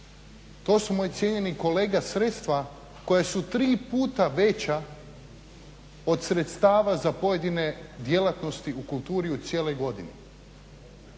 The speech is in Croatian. to su moji cijenjeni kolega sredstva koja su tri puta veća od sredstava za pojedine djelatnosti u kulturi u cijeloj godini.